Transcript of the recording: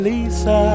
Lisa